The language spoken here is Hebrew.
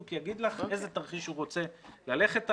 יגיד לך איזה תרחיש הוא רוצה ללכת עליו.